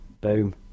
boom